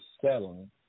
settling